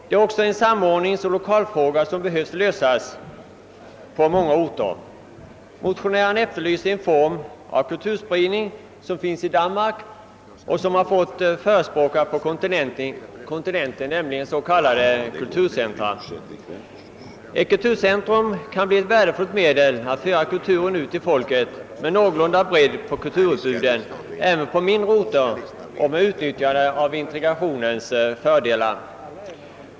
Det är också en samordningsoch lokalfråga som behöver lösas på många orter. Motionärerna efterlyser en form av kulturspridning som finns i Danmark och som har fått förespråkare på kontinenten, nämligen s.k. kulturcentra. Ett kulturcentrum kan bli ett värdefullt medel att föra kulturen ut till folket med någorlunda bredd på kulturutbuden även på mindre orter och med utnyttjande av integrationens fördelar.